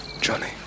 Johnny